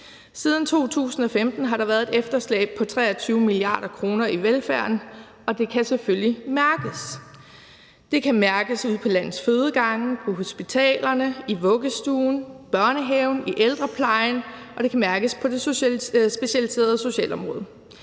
Siden 2015 har der været et efterslæb på 23 mia. kr. i velfærden, og det kan selvfølgelig mærkes. Det kan mærkes ude på landets fødegange, på hospitalerne, i vuggestuerne, i børnehaverne og i ældreplejen, og det kan mærkes på det specialiserede socialområde.